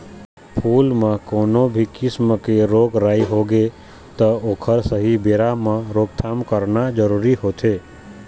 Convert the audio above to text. फूल म कोनो भी किसम के रोग राई होगे त ओखर सहीं बेरा म रोकथाम करना जरूरी होथे